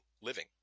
living